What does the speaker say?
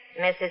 Mrs